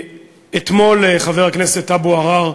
אתמול, חבר הכנסת אבו עראר,